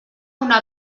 una